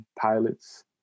pilots